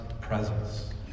presence